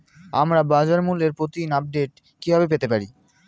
আমরা বাজারমূল্যের প্রতিদিন আপডেট কিভাবে পেতে পারি?